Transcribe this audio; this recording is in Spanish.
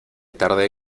tarde